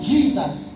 Jesus